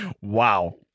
Wow